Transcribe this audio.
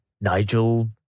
Nigel